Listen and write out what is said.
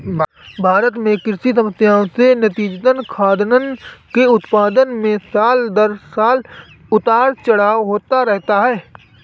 भारत में कृषि समस्याएं से नतीजतन, खाद्यान्न के उत्पादन में साल दर साल उतार चढ़ाव होता रहता है